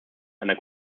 einer